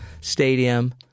stadium